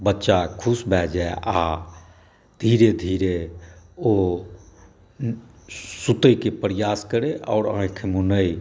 बच्चा खुश भए जाइ आ धीरे धीरे ओ सुतैक प्रयास करै आओर आँखि मुनय